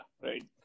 right